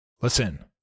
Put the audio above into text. listen